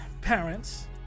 parents